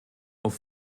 auf